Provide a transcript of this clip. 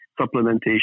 supplementation